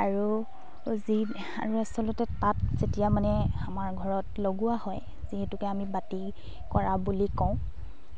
আৰু যি আৰু আচলতে তাঁত যেতিয়া মানে আমাৰ ঘৰত লগোৱা হয় যিহেতুকে আমি বাতি কৰা বুলি কওঁ